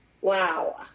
Wow